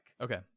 Okay